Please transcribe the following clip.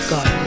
God